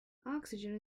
oxygen